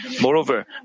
Moreover